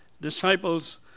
disciples